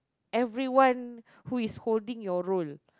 everyone who is holding your role